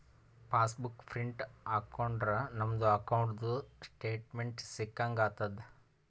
pass book print ಹಾಕೊಂಡುರ್ ನಮ್ದು ಅಕೌಂಟ್ದು ಸ್ಟೇಟ್ಮೆಂಟ್ ಸಿಕ್ಕಂಗ್ ಆತುದ್